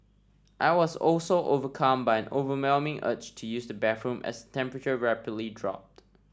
I was also overcome by overwhelming urge to use the bathroom as the temperature rapidly dropped